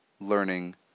learning